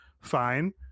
fine